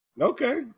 Okay